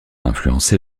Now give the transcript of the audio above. influencé